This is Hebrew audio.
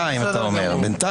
בסדר